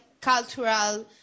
cultural